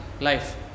life